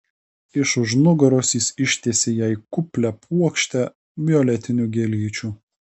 iš už nugaros jis ištiesė jai kuplią puokštę violetinių gėlyčių